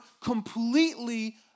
completely